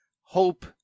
Hope